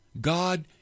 God